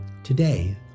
today